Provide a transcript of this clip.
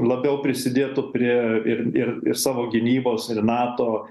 labiau prisidėtų prie ir ir ir savo gynybos ir nato